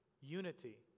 unity